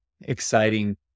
exciting